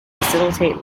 facilitate